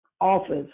office